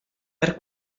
per